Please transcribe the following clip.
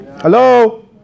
Hello